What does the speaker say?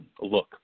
look